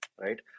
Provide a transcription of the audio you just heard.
right